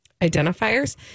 identifiers